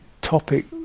topic